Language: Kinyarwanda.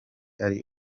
ari